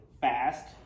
fast